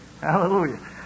Hallelujah